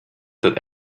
that